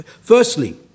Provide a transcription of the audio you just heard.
Firstly